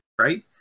right